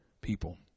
people